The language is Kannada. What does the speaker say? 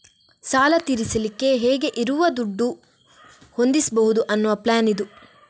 ಸಾಲ ತೀರಿಸಲಿಕ್ಕೆ ಹೇಗೆ ಇರುವ ದುಡ್ಡು ಹೊಂದಿಸ್ಬಹುದು ಅನ್ನುವ ಪ್ಲಾನ್ ಇದು